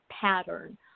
pattern